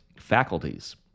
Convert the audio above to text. faculties